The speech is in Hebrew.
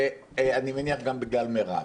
ואני מניח גם בגלל מירב,